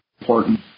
important